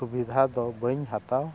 ᱥᱩᱵᱤᱫᱷᱟ ᱫᱚ ᱵᱟᱹᱧ ᱦᱟᱛᱟᱣ